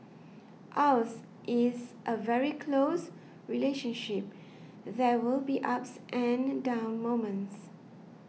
ours is a very close relationship there will be ups and down moments